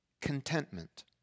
Contentment